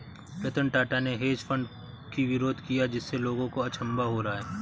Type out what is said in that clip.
रतन टाटा ने hedge fund की विरोध किया जिससे लोगों को अचंभा हो रहा है